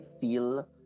feel